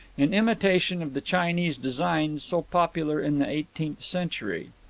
in imitation of the chinese designs so popular in the eighteenth century.